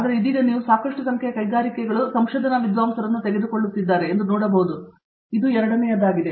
ಆದರೆ ಇದೀಗ ನೀವು ಸಾಕಷ್ಟು ಸಂಖ್ಯೆಯ ಕೈಗಾರಿಕೆಗಳು ಸಂಶೋಧನಾ ವಿದ್ವಾಂಸರನ್ನು ತೆಗೆದುಕೊಳ್ಳುತ್ತಿದ್ದಾರೆ ಎಂದು ನಾನು ನೋಡುತ್ತಿದ್ದೇನೆ ಇದು ಎರಡನೆಯದಾಗಿದೆ